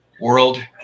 world